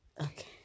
Okay